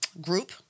group